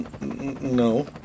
no